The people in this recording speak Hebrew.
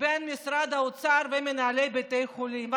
בין משרד האוצר לבין מנהלי בתי חולים,